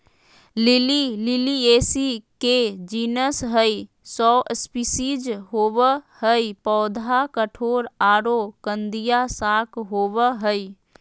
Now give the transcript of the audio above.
lily Liliaceae के genus हई, सौ स्पिशीज होवअ हई, पौधा कठोर आरो कंदिया शाक होवअ हई